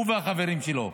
הוא והחברים שלו,